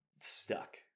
stuck